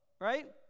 right